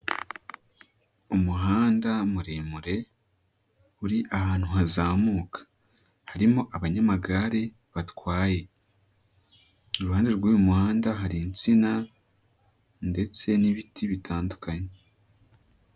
Umuhanda muremure uri ahantu hazamuka, harimo abanyamagare batwaye, iruhande rw'uyu muhanda hari insina ndetse n'ibiti bitandukanye.